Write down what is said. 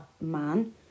man